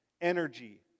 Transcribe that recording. energy